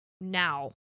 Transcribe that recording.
now